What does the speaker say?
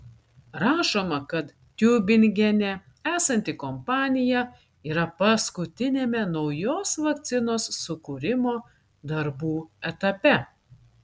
rašoma kad tiubingene esanti kompanija yra paskutiniame naujos vakcinos sukūrimo darbų etape